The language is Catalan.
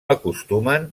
acostumen